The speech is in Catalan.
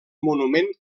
monument